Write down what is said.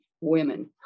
women